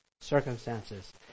circumstances